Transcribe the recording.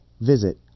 Visit